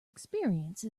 experience